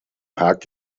haag